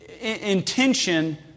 intention